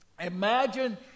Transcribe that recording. Imagine